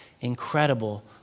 incredible